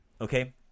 Okay